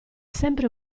sempre